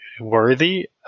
worthy